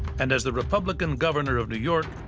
and as the republican governor of new york,